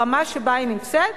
ברמה שבה היא נמצאת,